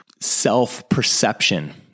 Self-perception